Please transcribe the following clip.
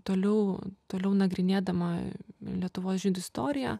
toliau toliau nagrinėdama lietuvos žydų istoriją